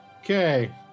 Okay